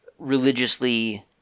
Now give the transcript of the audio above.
religiously